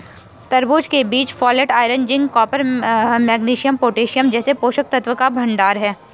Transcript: तरबूज के बीज folate, iron, zinc, copper, magnesium, potassium जैसे पोषक तत्वों का भंडार है